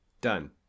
Done